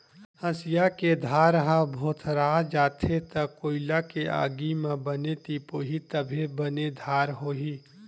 हँसिया के धार ह भोथरा जाथे त कोइला के आगी म बने तिपोही तभे बने धार होही